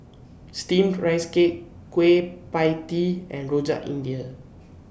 Steamed Rice Cake Kueh PIE Tee and Rojak India